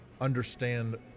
understand